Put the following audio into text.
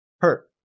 Hurt